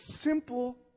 simple